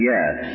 Yes